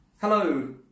Hello